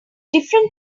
different